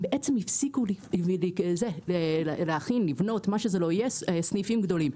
זה גרם לכך שהם הפסיקו לבנות סניפים גדולים.